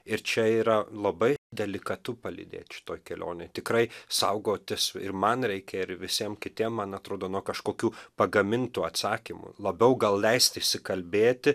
ir čia yra labai delikatu palydėt šitoj kelionėj tikrai saugotis ir man reikia ir visiem kitiem man atrodo nuo kažkokių pagamintų atsakymų labiau gal leist išsikalbėti